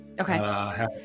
Okay